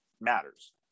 matters